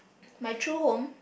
my true home